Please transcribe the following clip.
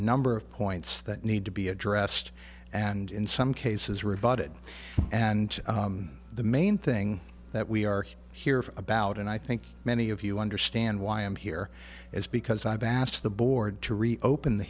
number of points that need to be addressed and in some cases rebutted and the main thing that we are here about and i think many of you understand why i'm here is because i've asked the board to reopen the